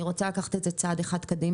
אני רוצה לקחת את זה צעד אחד קדימה,